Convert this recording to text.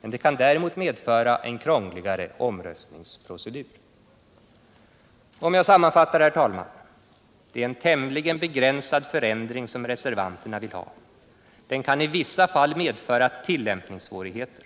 Men det kan medföra en krångligare omröstningsprocedur. Sammanfattningsvis vill jag, herr talman, säga att det är en tämligen begränsad förändring som reservanterna vill ha. Den kan i vissa fall medföra tillämpningssvårigheter.